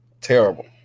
Terrible